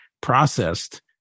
processed